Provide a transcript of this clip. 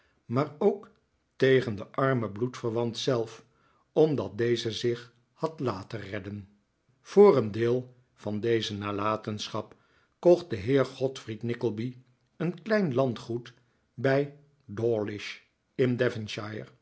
maar ook tegen den armen bloedverwant zelf omdat deze zich had laten redden voor een deel van deze nalatenschap kocht de heer godfried nickleby een klein landgoed bij